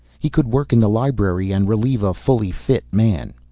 he could work in the library and relieve a fully fit man.